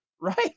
right